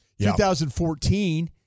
2014